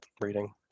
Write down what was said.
reading